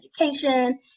education